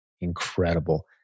incredible